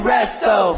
Resto